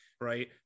right